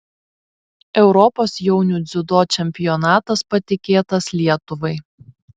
europos jaunių dziudo čempionatas patikėtas lietuvai